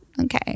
Okay